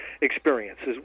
experiences